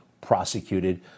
prosecuted